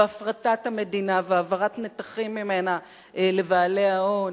והפרטת המדינה והעברת נתחים ממנה לבעלי ההון.